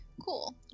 Cool